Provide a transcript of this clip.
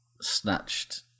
snatched